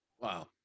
Wow